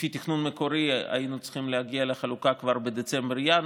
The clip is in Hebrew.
לפי התכנון המקורי היינו צריכים להגיע לחלוקה כבר בדצמבר-ינואר,